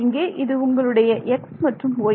இங்கே இது உங்களுடைய x மற்றும் y